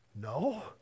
No